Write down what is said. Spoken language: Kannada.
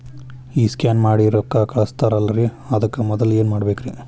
ಈ ಸ್ಕ್ಯಾನ್ ಮಾಡಿ ರೊಕ್ಕ ಕಳಸ್ತಾರಲ್ರಿ ಅದಕ್ಕೆ ಮೊದಲ ಏನ್ ಮಾಡ್ಬೇಕ್ರಿ?